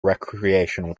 recreational